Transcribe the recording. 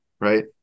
right